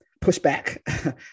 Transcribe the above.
pushback